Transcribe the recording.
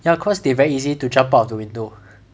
ya cause they very easy to jump out of the window